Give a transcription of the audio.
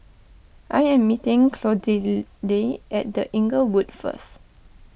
I am meeting Clotilde at the Inglewood first